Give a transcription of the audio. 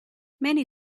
many